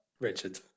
Richard